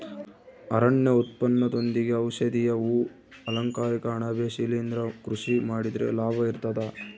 ಅರಣ್ಯ ಉತ್ಪನ್ನದೊಂದಿಗೆ ಔಷಧೀಯ ಹೂ ಅಲಂಕಾರಿಕ ಅಣಬೆ ಶಿಲಿಂದ್ರ ಕೃಷಿ ಮಾಡಿದ್ರೆ ಲಾಭ ಇರ್ತದ